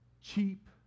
cheap